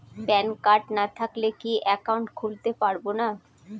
Pan card না থাকলে কি একাউন্ট খুলতে পারবো না?